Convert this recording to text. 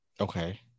Okay